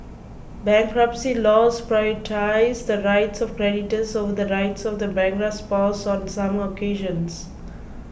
bankruptcy laws prioritise the rights of creditors over the rights of the bankrupt's spouse on some occasions